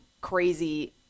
crazy